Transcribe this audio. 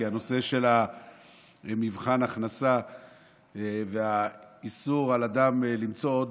כי הנושא של מבחן הכנסה והאיסור על אדם למצוא עוד